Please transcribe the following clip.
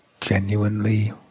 genuinely